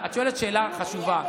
את שואלת שאלה חשובה.